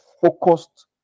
focused